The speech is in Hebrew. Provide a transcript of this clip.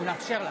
מזכיר הכנסת,